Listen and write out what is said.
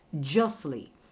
justly